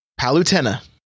Palutena